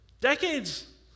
decades